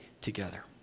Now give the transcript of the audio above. together